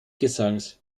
gesangs